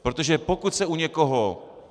Protože pokud se u někoho...